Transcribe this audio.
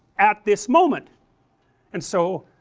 at this moment and so